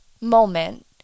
moment